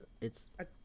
it's-